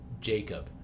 Jacob